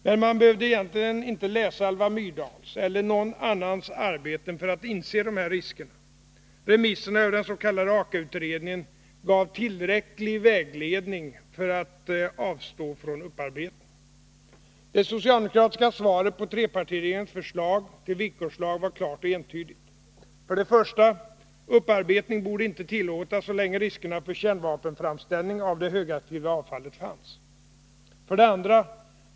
Men man behövde egentligen inte läsa Alva Myrdals eller någon annans arbeten för att inse de här riskerna. Remisserna över den s.k. AKA utredningen gav tillräcklig vägledning för att avstå från upparbetning. Det socialdemokratiska svaret på trepartiregeringens förslag till villkorslag var klart och entydigt: 1. Upparbetning borde inte tillåtas så länge riskerna för framställning av kärnvapen av det högaktiva avfallet fanns. 2.